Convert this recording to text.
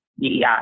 DEI